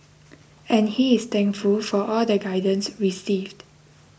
and he is thankful for all the guidance received